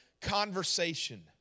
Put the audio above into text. conversation